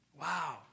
Wow